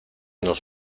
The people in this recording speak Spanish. nos